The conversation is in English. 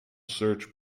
search